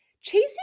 Chasing